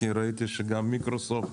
ראיתי שגם מייקרוסופט